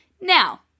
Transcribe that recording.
Now